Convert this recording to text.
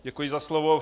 Děkuji za slovo.